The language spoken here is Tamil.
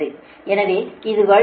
2 KV க்கு சமம் அதாவது 208